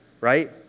right